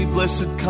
Blessed